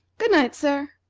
good-night, sir.